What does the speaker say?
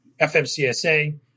FMCSA